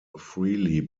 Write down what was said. freely